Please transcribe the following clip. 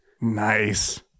nice